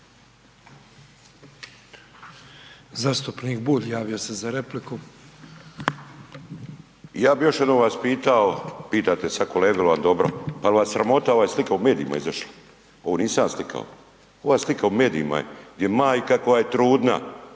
Zastupnik Bulj javio se za repliku. **Bulj, Miro (MOST)** Ja bih još jednom vas pitao, pitate sada kolegu jel vam dobro. Pa jel' vas sramota? Ova je slika u medijima izašla. Ovo nisam ja slikao. Ova slika je u medijima gdje majka koja je trudna